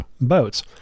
boats